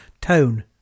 tone